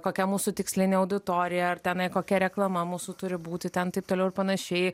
kokia mūsų tikslinė auditorija ar tenai kokia reklama mūsų turi būti ten taip toliau ir panašiai